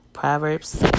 Proverbs